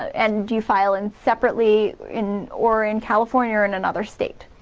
and you file in separately in or in california or in another state.